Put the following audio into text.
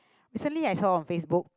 recently I saw on Facebook